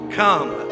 come